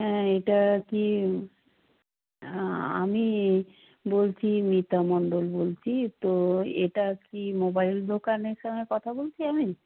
হ্যাঁ এইটা কি আমি বলছি মিতা মন্ডল বলছি তো এটা কি মোবাইল দোকানের সঙ্গে কথা বলছি আমি